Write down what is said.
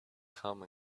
come